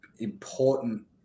important